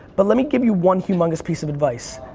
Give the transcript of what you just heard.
but let me give you one humongous piece of advice,